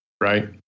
right